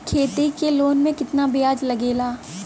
खेती के लोन में कितना ब्याज लगेला?